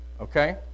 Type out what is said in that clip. okay